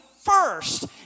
first